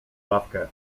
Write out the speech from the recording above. ławkę